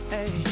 Hey